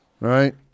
Right